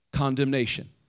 condemnation